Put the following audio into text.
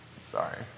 Sorry